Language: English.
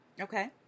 Okay